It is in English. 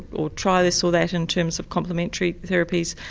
or try this or that in terms of complimentary therapies.